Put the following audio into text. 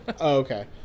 okay